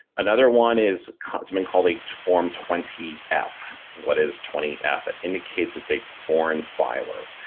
another one is something called a form twenty f. what is twenty f indicates it's a foreign filer.